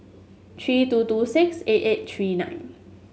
three two two six eight eight three nine